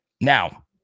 now